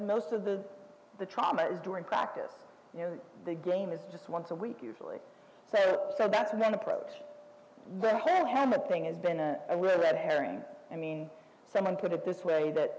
most of the the trauma is during practice you know the game is just once a week usually so that's when approached when hammer thing has been a red herring i mean someone put it this way that